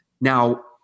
Now